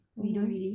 mmhmm